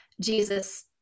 jesus